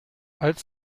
als